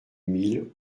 mille